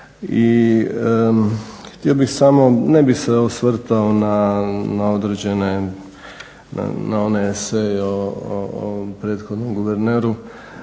ne bih se osvrtao na određene na one sve prethodno o guverneru,